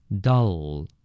Dull